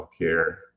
healthcare